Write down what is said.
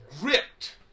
gripped